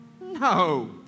No